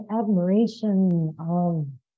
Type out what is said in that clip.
admiration